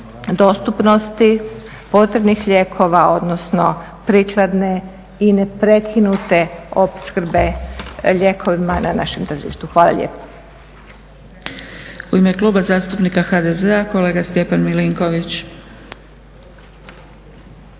dostupnosti potrebnih lijekova odnosno prikladne i neprekinute opskrbe lijekovima na našem tržištu. Hvala lijepa.